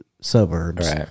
suburbs